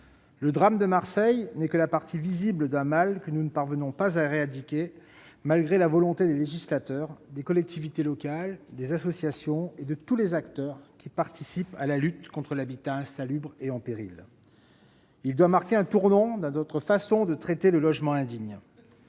le drame de Marseille n'est que la partie visible d'un mal que nous ne parvenons pas à éradiquer, malgré la volonté des législateurs, des collectivités locales, des associations et de tous les acteurs participant à la lutte contre l'habitat insalubre et en péril. Il doit marquer un tournant dans notre façon de traiter le logement indigne.